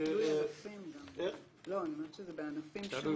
זה מאפשר לו